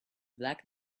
black